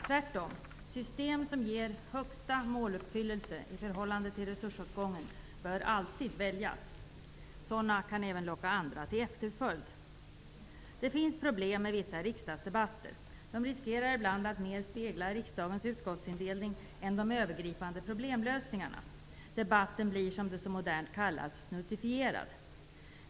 Tvärtom, system som ger högsta måluppfyllelse i förhållande till resursåtgången bör alltid väljas. Sådana kan även locka andra till efterföljd. Det finns problem med vissa riksdagsdebatter. De riskerar att ibland mer spegla riksdagens utskottsindelning än de övergripande problemlösningarna. Debatten blir som det så modernt kallas ''snuttifierad''.